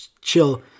chill